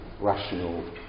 rational